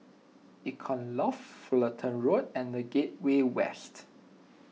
Icon Loft Fullerton Road and the Gateway West